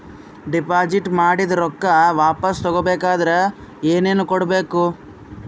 Deposit ಮಾಡಿದ ರೊಕ್ಕ ವಾಪಸ್ ತಗೊಬೇಕಾದ್ರ ಏನೇನು ಕೊಡಬೇಕು?